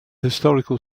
historical